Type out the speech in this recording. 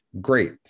great